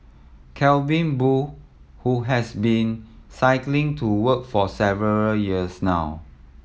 Calvin Boo who has been cycling to work for several years now